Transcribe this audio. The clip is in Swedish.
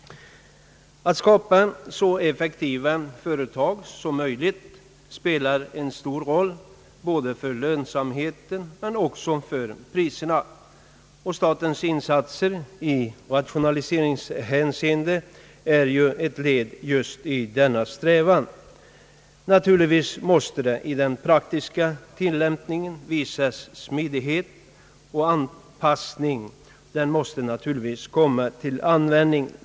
Att skapa så effektiva företag som möjligt spelar en stor roll både för lönsamheten och för priserna, och statens insatser i rationaliseringshänseende är ju ett led i just denna strävan. Naturligtvis måste det i den praktiska tilllämpningen visas smidighet och anpassning. Den måste naturligtvis komma till användning.